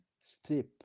step